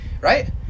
right